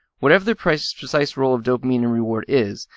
whatever the precise precise role of dopamine in reward is,